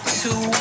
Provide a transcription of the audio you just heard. two